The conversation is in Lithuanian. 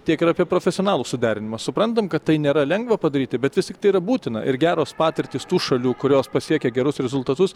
tiek ir apie profesionalų suderinimą suprantam kad tai nėra lengva padaryti bet vis tiktai yra būtina ir geros patirtys tų šalių kurios pasiekia gerus rezultatus